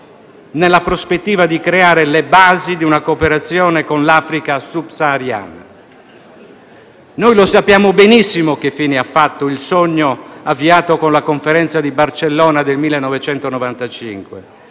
nella prospettiva di creare le basi di una cooperazione con l'Africa subsahariana. Noi sappiamo benissimo che fine ha fatto il sogno avviato con la conferenza di Barcellona del 1995: